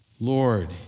Lord